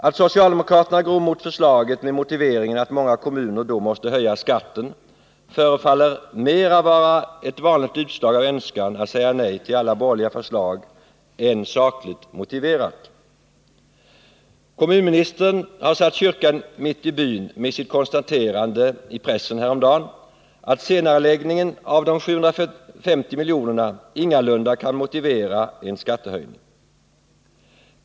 Att socialdemokraterna går emot förslaget med motiveringen att många kommuner då måste höja skatten förefaller mer vara ett vanligt utslag av önskan att säga nej till alla borgerliga förslag än sakligt motiverat. Kommunministern har satt kyrkan mitt i byn med sitt konstaterande i pressen häromdagen att senareläggningen av de 750 miljonerna ingalunda kan motivera en skattehöjning.